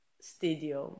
stadium